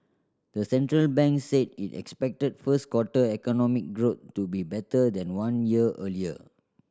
the central bank said it expected first quarter economic growth to be better than one year earlier